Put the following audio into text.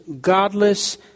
godless